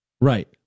Right